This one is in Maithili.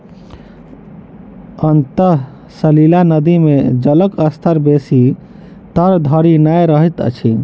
अंतः सलीला नदी मे जलक स्तर बेसी तर धरि नै रहैत अछि